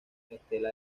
estela